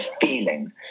feeling